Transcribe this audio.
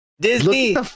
Disney